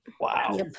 Wow